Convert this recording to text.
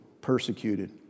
persecuted